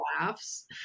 laughs